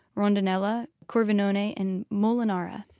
rondinella, corvinone, and molinara.